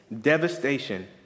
devastation